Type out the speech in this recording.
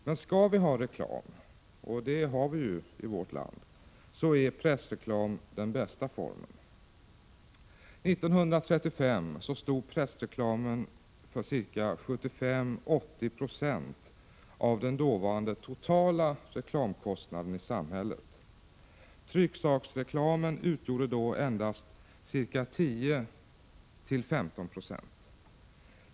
Men skall vi ha reklam — och det har vi ju i vårt land — så är pressreklam den bästa formen. 1935 stod pressreklamen för ca 75-80 26 av den dåvararide totala reklamkostnaden i samhället. Trycksaksreklamen utgjorde då endast ca 10-15 926.